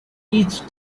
each